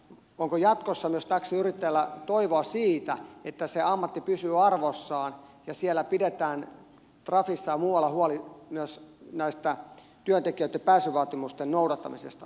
onko jatkossa myös taksiyrittäjällä toivoa siitä että se ammatti pysyy arvossaan ja että trafissa ja muualla pidetään huoli myös näiden työntekijöitten pääsyvaatimusten noudattamisesta